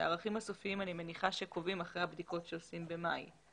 את הערכים הסופיים אני מניחה שקובעים אחרי הבדיקות עושים במאי.